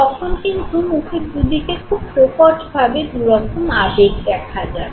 তখন কিন্তু মুখের দুদিকে খুব প্রকটভাবে দুরকম আবেগ দেখা যাবে